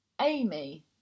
Amy